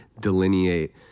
delineate